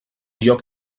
lloc